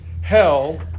hell